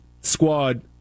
Squad